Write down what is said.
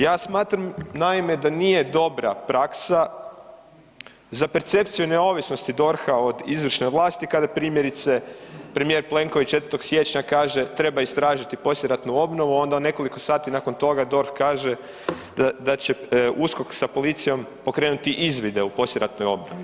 Ja smatram naime da nije dobra praksa za percepciju neovisnosti DORH-a od izvršne vlasti kada primjerice premijer Plenković 4. siječnja kaže treba istražiti poslijeratnu obnovu, onda nekoliko sati nakon toga DORH kaže da će USKOK sa policijom pokrenuti izvide u poslijeratnoj obnovi.